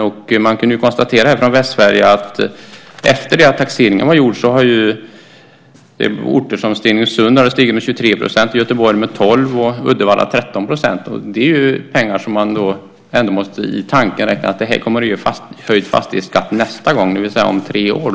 Efter att taxeringen var gjord kunde man från Västsverige konstatera att taxeringsvärdena i Stenungsund har stigit med 23 %, i Göteborg med 12 % och i Uddevalla med 13 %. Och man måste räkna med att detta kommer att ge höjd fastighetsskatt nästa gång, det vill säga om tre år.